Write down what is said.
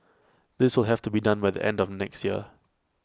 this will have to be done by the end of next year